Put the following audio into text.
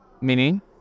meaning